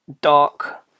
dark